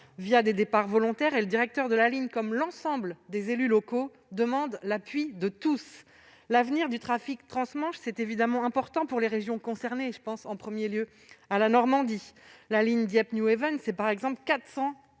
des départs volontaires. Le directeur de la ligne et l'ensemble des élus locaux demandent l'appui de tous. L'avenir du trafic transmanche est important pour les régions concernées, en premier lieu la Normandie. La ligne Dieppe-Newhaven est empruntée